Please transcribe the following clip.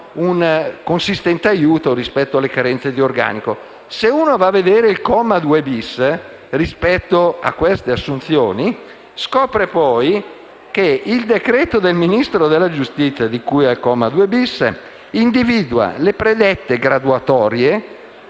un consistente aiuto rispetto alle carenze di organico. Se si va però a leggere il comma 2-*bis*, rispetto a queste assunzioni, si scopre che il decreto del Ministro della giustizia, di cui al comma 2-*bis*, individua le predette graduatorie